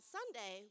Sunday